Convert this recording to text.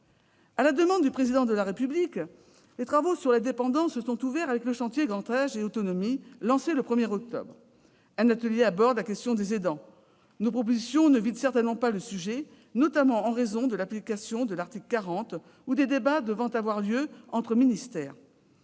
À la demande du Président de la République, les travaux consacrés à la dépendance se sont ouverts avec le chantier « grand âge et autonomie » lancé le 1 octobre dernier. Un atelier aborde la question des aidants. Nos propositions ne vident certainement pas le sujet, notamment du fait de l'application de l'article 40 et des échanges qui doivent avoir lieu entre ministères.